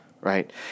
right